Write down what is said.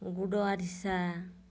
ଗୁଡ଼ ଆରିସା